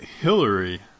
Hillary